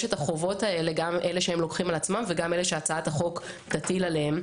גם את החובות שהם לוקחים על עצמם וגם את אלה שהצעת החוק תטיל עליהם,